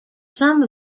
some